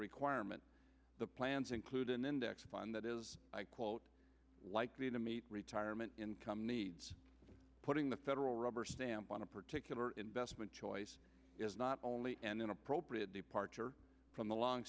requirement the plans include an index fund that is quote likely to meet retirement income needs putting the federal rubber stamp on a particular investment choice is not only an inappropriate departure from the long